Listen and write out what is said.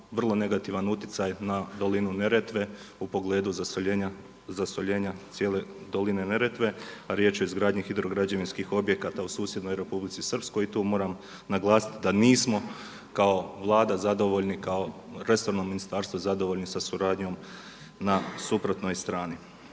vrlo negativan utjecaj na dolinu Neretve u pogledu zasoljenja cijele doline Neretve a riječ je o izgradnji hidrograđevinskih objekata u susjednoj Republici Srpskoj i tu moram naglasiti da nismo kao Vlada zadovoljni, kao resorno ministarstvo zadovoljni sa suradnjom na suprotnoj strani.